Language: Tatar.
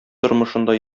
тормышында